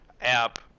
app